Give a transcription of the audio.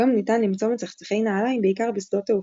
כיום ניתן למצוא מצחצחי נעליים בעיקר בשדות תעופה.